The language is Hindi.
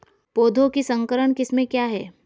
पौधों की संकर किस्में क्या हैं?